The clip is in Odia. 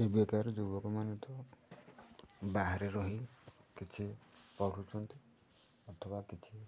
ଏବେକାର ଯୁବକ ମାନେଠୁ ବାହାରେ ରହି କିଛି ପଢୁଛନ୍ତି ଅଥବା କିଛି